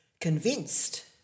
convinced